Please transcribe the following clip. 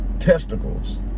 testicles